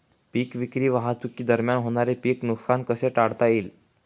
पीक विक्री वाहतुकीदरम्यान होणारे पीक नुकसान कसे टाळता येईल?